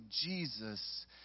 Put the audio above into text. jesus